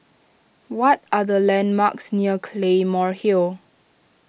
what are the landmarks near Claymore Hill